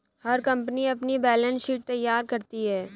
हर company अपनी balance sheet तैयार करती है